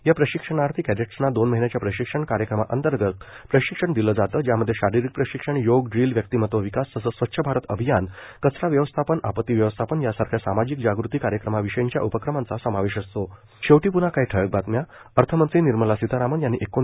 या प्रशिक्षणार्थी कॅडेटसना दोन महीन्याच्या प्रशिक्षण कार्यक्रमा अंतर्गत प्रशिक्षण दिलं जातं ज्यामध्ये शारिरिक प्रशिक्षण योग ड्रिल व्यक्तिमत्व विकास तसंच स्वच्छ भारत अभियान कचरा व्यवस्थापन आपत्ति व्यवस्थापन यासारख्या सामाजिक जाग़ती कार्यक्रमाविषयीच्या उपक्रमांचा समावेश असतो